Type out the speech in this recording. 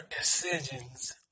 decisions